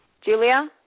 Julia